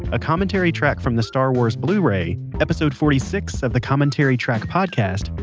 a commentary track from the star wars blu ray, episode forty six of the commentary track podcast,